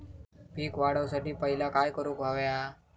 पीक वाढवुसाठी पहिला काय करूक हव्या?